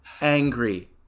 angry